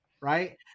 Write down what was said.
right